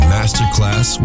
Masterclass